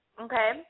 Okay